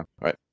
right